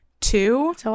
two